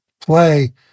play